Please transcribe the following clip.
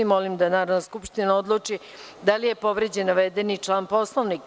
Molim da Narodna skupština odluči da li je povređen navedeni član Poslovnika.